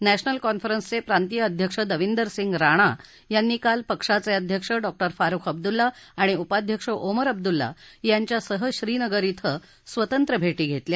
नध्यमल कॉन्फरन्सचे प्रांतीय अध्यक्ष दविंदर सिंग राणा यांनी काल पक्षाचे अध्यक्ष डॉक्टर फारुख अब्दुल्ला आणि उपाध्यक्ष ओमर अब्दुल्ला यांच्यासह श्रीनगर श्व स्वतंत्र भेटी घेतल्या